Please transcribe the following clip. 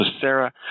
Sarah